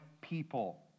people